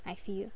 I feel